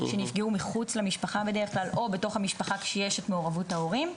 שנפגעו מחוץ למשפחה בדרך כלל או בתוך המשפחה כשיש את מעורבות ההורים,